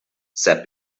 said